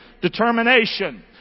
determination